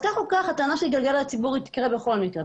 אז כך או כך הטענה שזה יתגלגל לציבור היא תקרה בכל מקרה.